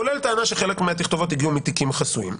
כולל טענה שחלק מהתכתובות הגיעו מתיקים חסויים.